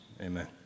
Amen